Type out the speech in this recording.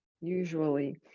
usually